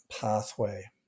pathway